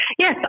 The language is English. Yes